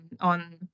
on